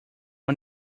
are